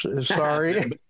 sorry